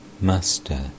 Master